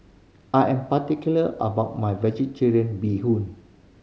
I am particular about my Vegetarian Bee Hoon